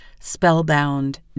spellbound